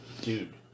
dude